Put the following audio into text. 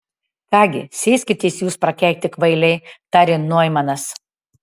ką gi sėskitės jūs prakeikti kvailiai tarė noimanas